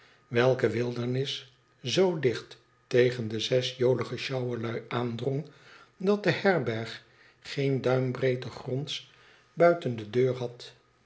welke wildernis zoo dicht tegen de zes jolige sjouwerlui aandrong dat de herberg geen duim breedte gronds buiten de deur had